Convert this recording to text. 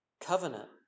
covenant